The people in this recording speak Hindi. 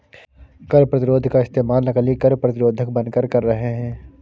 कर प्रतिरोध का इस्तेमाल नकली कर प्रतिरोधक बनकर कर रहे हैं